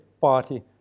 party